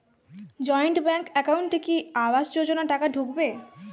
Joint bank একাউন্টে কি আবাস যোজনা টাকা ঢুকবে?